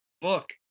book